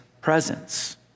presence